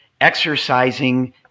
exercising